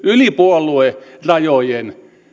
yli puoluerajojen